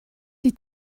die